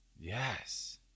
Yes